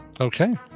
Okay